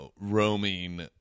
roaming